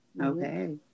Okay